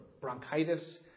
bronchitis